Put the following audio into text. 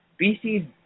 BC